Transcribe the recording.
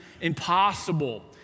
impossible